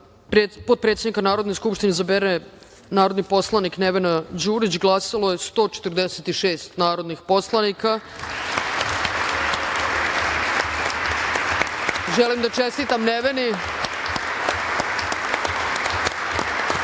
potpredsednika Narodne skupštine izabere narodni poslanik Nevena Đurić glasalo je 146 narodnih poslanika. Želim da čestitam Neveni